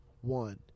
One